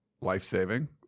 life-saving